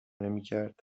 نمیکرد